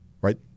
Right